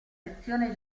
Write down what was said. sezione